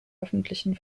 öffentlichen